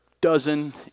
dozen